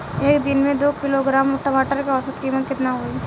एक दिन में दो किलोग्राम टमाटर के औसत कीमत केतना होइ?